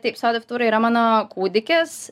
taip soda futūra yra mano kūdikis